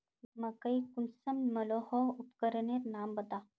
मकई कुंसम मलोहो उपकरनेर नाम बता?